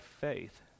faith